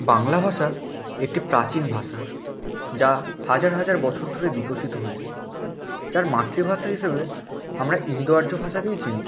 বাংলা ভাষা একটি প্রাচীন ভাষা যা হাজার হাজার বছর ধরে বিকশিত হয়েছে তার মাতৃভাষা হিসেবে আমরা ইন্দো আর্য ভাষাকেই চিনি